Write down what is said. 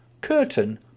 curtain